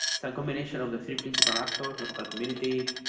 some combination of the three principal actors, local community,